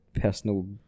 personal